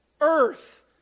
earth